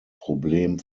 problem